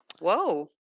Whoa